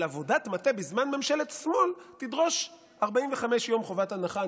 אבל עבודת מטה בזמן ממשלת שמאל תדרוש 45 יום חובת ההנחה.